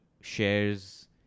shares